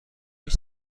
هیچ